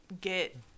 get